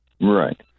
Right